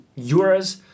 euros